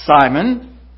Simon